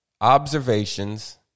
observations